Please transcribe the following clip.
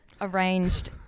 arranged